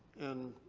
and